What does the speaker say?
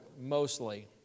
mostly